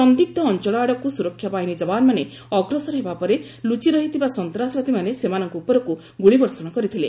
ସନ୍ଦିଗ୍ର ଅଞ୍ଚଳ ଆଡକୁ ସୁରକ୍ଷା ବାହିନୀ ଯବାନମାନେ ଅଗ୍ରସର ହେବା ପରେ ଲୁଚିରହିଥିବା ସନ୍ତାସବାଦୀମାନେ ସେମାନଙ୍କ ଉପରକୁ ଗୁଳି ବର୍ଷଣ କରିଥିଲେ